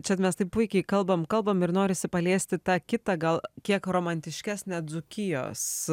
čia mes taip puikiai kalbam kalbam ir norisi paliesti tą kitą gal kiek romantiškesnę dzūkijos